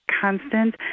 constant